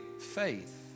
faith